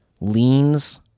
Leans